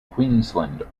queensland